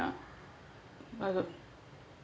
oh ya I got